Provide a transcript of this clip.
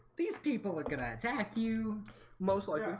these people are gonna attack you most like um